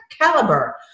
caliber